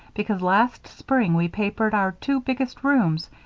because last spring we papered our two biggest rooms,